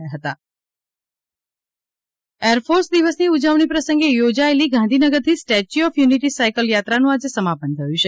air force દિવસ air force દિવસની ઉજવણી પ્રસંગે યોજાયેલી ગાંધીનગરથી સ્ટેચ્યુ ઓફ યુનિટી સાયકલ યાત્રાનું આજે સમાપન થયું છે